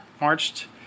marched